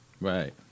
Right